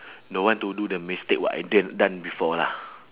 don't want to do the mistake what I done done before lah